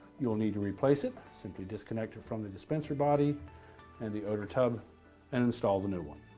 you'll need to replace it. simply disconnect it from the dispenser body and the outer tub and install the new one.